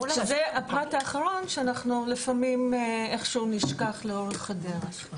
זה הפרט האחרון שלפעמים איכשהו נשכח לאורך הדרך.